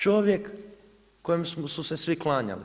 Čovjek kojem su se svi klanjali.